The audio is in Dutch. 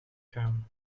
gaan